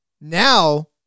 now